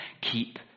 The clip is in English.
keep